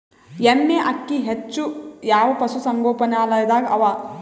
ಎಮ್ಮೆ ಅಕ್ಕಿ ಹೆಚ್ಚು ಯಾವ ಪಶುಸಂಗೋಪನಾಲಯದಾಗ ಅವಾ?